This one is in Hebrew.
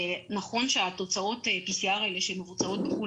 נכון שתוצאות PCR האלה שמבוצעות בחו"ל,